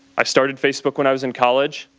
i started facebook when i was in college.